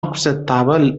acceptava